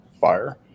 fire